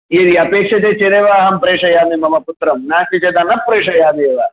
यदि अपेक्षते चेदेव अहं प्रेषयामि मम पुत्रं नास्ति चेत् न प्रेषयामि एव